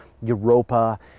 Europa